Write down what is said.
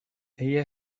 egia